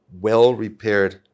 well-repaired